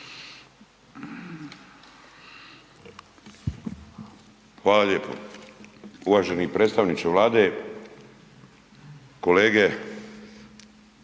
Hvala lijepo. Uvaženi predstavniče Vlade, kolegice